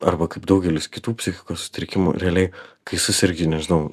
arba kaip daugelis kitų psichikos sutrikimų realiai kai susergi nežinau